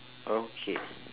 okay